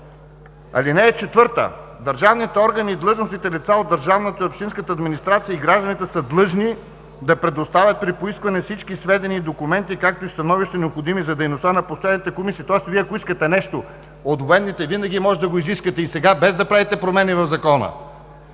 – чрез нас. „(4) Държавните органи и длъжностните лица от държавната и общинската администрация и гражданите са длъжни да предоставят при поискване всички сведения и документи, както и становища, необходими за дейността на постоянните комисии“. Тоест, ако Вие искате нещо от военните, винаги може да го изискате и сега, без да правите промени в Закона?